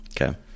Okay